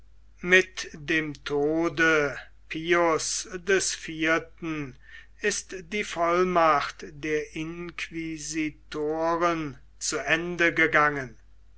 mit dem tode pius des vierten ist die vollmacht der inquisitoren zu ende gegangen